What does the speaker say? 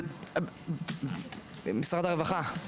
משרד הרווחה.